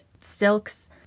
silks